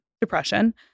depression